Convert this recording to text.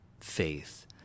faith